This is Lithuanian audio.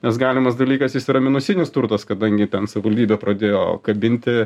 nes galimas dalykas jis yra minusinis turtas kadangi ten savivaldybė pradėjo kabinti